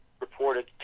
reported